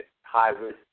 high-risk